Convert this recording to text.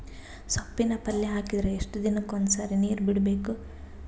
ಸೊಪ್ಪಿನ ಪಲ್ಯ ಹಾಕಿದರ ಎಷ್ಟು ದಿನಕ್ಕ ಒಂದ್ಸರಿ ನೀರು ಬಿಡಬೇಕು?